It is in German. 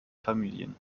familien